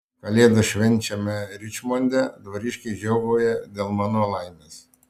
kalėdas švenčiame ričmonde dvariškiai džiūgauja dėl mano laimės